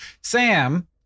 Sam